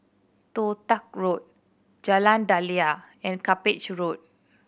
Toh Tuck Road Jalan Daliah and Cuppage Road